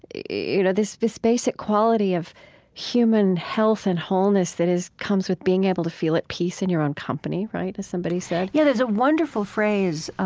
you know, this this basic quality of human health and wholeness that comes with being able to feel at peace in your own company, right, as somebody said? yeah. there's a wonderful phrase.